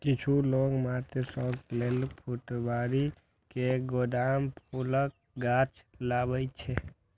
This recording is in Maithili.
किछु लोक मात्र शौक लेल फुलबाड़ी मे गेंदाक फूलक गाछ लगबै छै